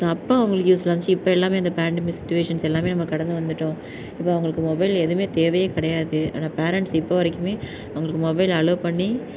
so அப்போ அவர்களுக்கு யூஸ்ஃபுல்லாக இருந்துச்சு இப்போ எல்லாமே இந்த பேண்டமிக் சிட்டுவேஷன்ஸ் எல்லாமே நம்ப கடந்து வந்துட்டோம் இப்போ அவர்களுக்கு மொபைல் ஏதுமே தேவையே கிடையாது ஆனால் பேரன்ட்ஸ் இப்போ வரைக்கும் அவர்களுக்கு மொபைல் அலோவ் பண்ணி